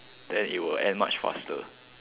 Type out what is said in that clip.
then it will end much faster